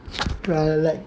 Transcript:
I lag